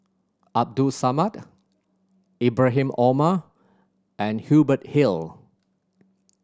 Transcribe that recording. Abdul Samad Ibrahim Omar and Hubert Hill